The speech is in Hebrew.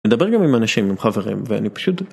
מדבר גם עם אנשים, עם חברים, ואני פשוט...